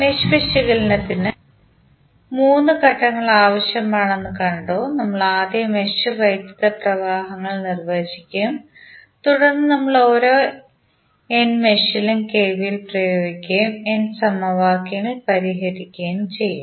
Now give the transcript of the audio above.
mesh വിശകലനത്തിന് മൂന്ന് ഘട്ടങ്ങൾ ആവശ്യമാണെന്ന് കണ്ടു നമ്മൾ ആദ്യം മെഷ് വൈദ്യുത പ്രവാഹങ്ങൾ നിർവചിക്കും തുടർന്ന് നമ്മൾ ഓരോ n മെഷിലും KVL പ്രയോഗിക്കുകയും n സമവാക്യങ്ങൾ പരിഹരിക്കുകയും ചെയ്യും